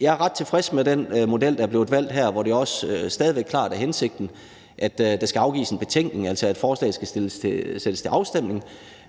Jeg er ret tilfreds med den model, der er blevet valgt her, hvor det også stadig væk klart er hensigten, at der skal afgives en betænkning, og at forslaget skal sættes til afstemning,